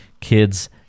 kids